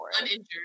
uninjured